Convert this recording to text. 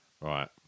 Right